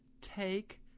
take